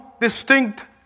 distinct